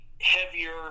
heavier